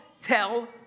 tell